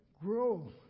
grow